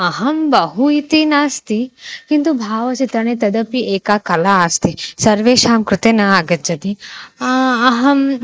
अहं बहु इति नास्ति किन्तु भावचित्राणि तदपि एका कला अस्ति सर्वेषां कृते न आगच्छति अहम्